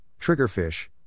triggerfish